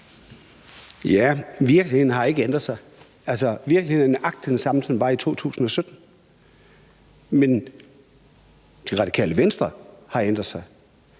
Ja, virkeligheden har ikke ændret sig. Altså, virkeligheden er nøjagtig den samme, som den var i 2017. Men Det Radikale Venstre har ændret sig.